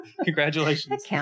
congratulations